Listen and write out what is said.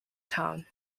town